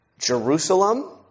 Jerusalem